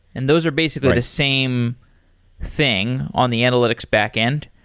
and those are basically the same thing on the analytics backend.